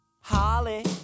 Holly